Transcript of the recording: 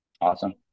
awesome